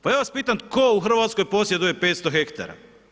Pa ja vas pitam tko u Hrvatskoj posjeduje 500 hektara?